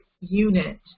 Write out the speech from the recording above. unit